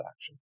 action